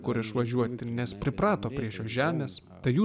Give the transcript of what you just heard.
kur išvažiuoti nes priprato prie šios žemės tai jų